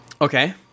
Okay